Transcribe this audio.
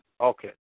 Okay